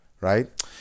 Right